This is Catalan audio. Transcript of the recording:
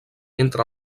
entre